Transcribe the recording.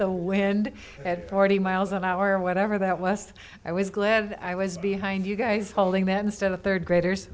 the wind at forty miles an hour whatever that west i was glad i was behind you guys hauling that instead of third graders